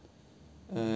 uh